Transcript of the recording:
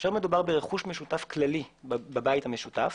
כאשר מדובר ברכוש משותף כללי בבית המשותף,